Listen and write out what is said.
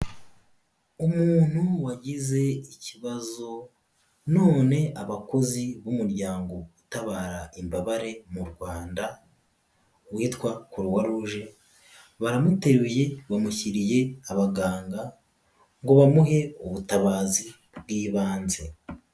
Umuntu wagize ikibazo none abakozi b'umuryango utabara imbabare mu Rwanda witwa kuruwaruje baramuteruye bamushyiriye abaganga ngo bamuhe ubutabazi bw'ibanze.